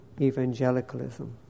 Evangelicalism